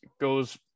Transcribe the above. goes